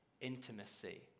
intimacy